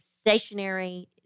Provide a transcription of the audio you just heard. stationary